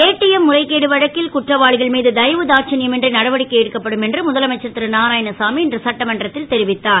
ATM முறைகேடு வழக்கில் குற்றவாளிகள் மீது தயவு தாட்சன்யம் இன்றி நடவடிக்கை எடுக்கப்படும் என்று முதலமைச்சர் திருநாராயணசாமி இன்று சட்டமன்றத்தில் தெரிவித்தார்